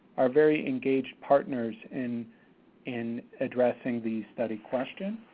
are very engaged partners in in addressing the study question.